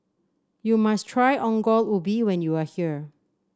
you must try Ongol Ubi when you are here